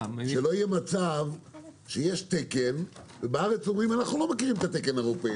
שלא יהיה מצב שיש תקן ובארץ אומרים: אנחנו לא מכירים את התקן הזה,